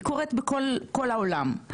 היא קוראת בכל העולם,